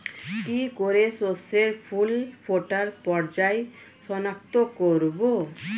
কি করে শস্যের ফুল ফোটার পর্যায় শনাক্ত করব?